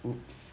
whoops